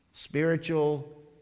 Spiritual